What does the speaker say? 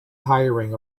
hiring